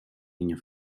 niño